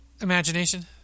Imagination